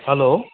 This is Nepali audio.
हेलो